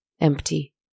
Empty